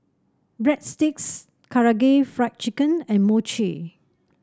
Breadsticks Karaage Fried Chicken and Mochi